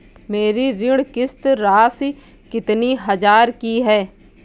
मेरी ऋण किश्त राशि कितनी हजार की है?